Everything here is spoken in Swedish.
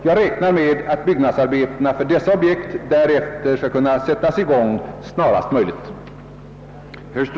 Jag räknar med att byggnadsarbetena för dessa objekt därefter skall kunna sättas i gång snarast möjligt.